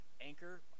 Anchor